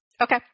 Okay